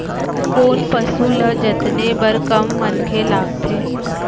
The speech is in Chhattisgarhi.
कोन पसु ल जतने बर कम मनखे लागथे?